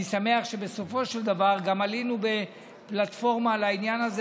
אני שמח שבסופו של דבר גם עלינו בפלטפורמה לעניין הזה,